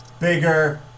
bigger